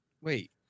wait